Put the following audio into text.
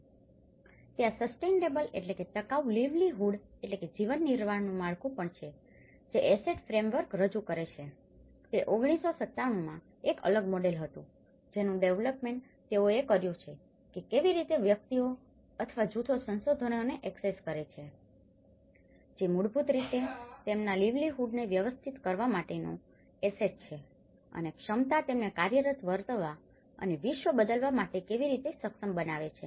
Refer Slide Time 1544 ત્યાં સસ્ટેઇનેબલsustainableટકાઉ લીવ્લીહુડlivelihoodજીવનનિર્વાહનું માળખું પણ છે જે એસેટ ફ્રેમવર્ક રજુ કરે છે તે 1997 માં એક અલગ મોડેલ હતું જેનું ડેવેલપમેન્ટ તેઓએ કર્યો છે કે કેવી રીતે વ્યક્તિઓ અથવા જૂથો સંસાધનોને એક્સેસ કરે છે જે મૂળભૂત રીતે તેમના લીવ્લીહુડને વ્યવસ્થિત કરવા માટેનો એસેટassetસંપત્તિ છે અને ક્ષમતા તેમને કાર્યરત વર્તવા અને વિશ્વ બદલવા માટે કેવી રીતે સક્ષમ બનાવે છે